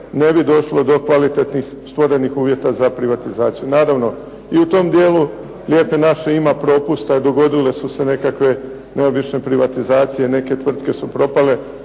ne bi došlo do kvalitetnih stvorenih uvjeta za privatizaciju. Naravno i u tom djelu lijepe naše ima propusta i dogodilo su se nekakve neobične privatizacije, neke tvrtke su propale,